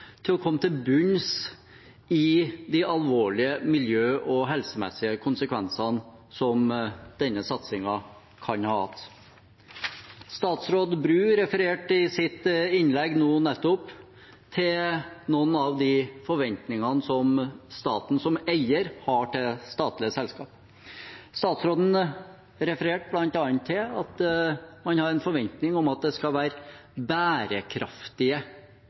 til å komme til bunns i de alvorlige miljø- og helsemessige konsekvensene som denne satsingen kan ha hatt. Statsråd Bru refererte i sitt innlegg nå nettopp til noen av de forventningene som staten som eier har til statlige selskap. Statsråden refererte bl.a. til at man har en forventning om at det skal være